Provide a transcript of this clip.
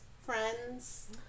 friends